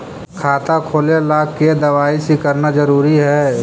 खाता खोले ला के दवाई सी करना जरूरी है?